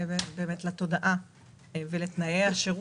מעבר לתודעה ולתנאי השירות,